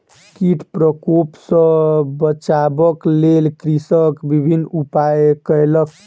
कीट प्रकोप सॅ बचाबक लेल कृषक विभिन्न उपाय कयलक